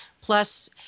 plus